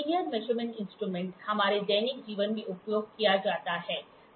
linear measurement instrument हमारे दैनिक जीवन में उपयोग किया जाता है